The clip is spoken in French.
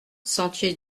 sentier